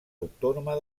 autònoma